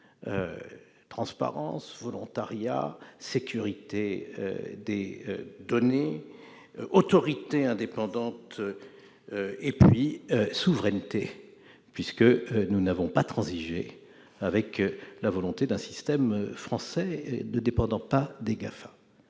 transparence, volontariat, sécurité des données, supervision par une autorité indépendante et, enfin, souveraineté, puisque nous n'avons pas transigé avec la volonté d'un système français ne dépendant pas des Gafam.